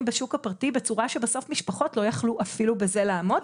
בשוק הפרטי בצורה שבסוף משפחות לא יכלו אפילו בזה לעמוד.